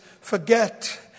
forget